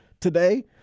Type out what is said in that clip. today